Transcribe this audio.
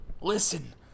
Listen